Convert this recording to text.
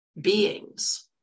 beings